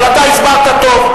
אבל אתה הסברת טוב,